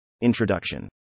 Introduction